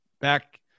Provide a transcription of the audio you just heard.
back